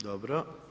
Dobro.